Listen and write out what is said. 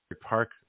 park